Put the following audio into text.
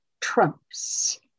trumps